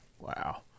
Wow